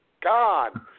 God